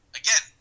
again